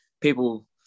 people